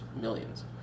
Millions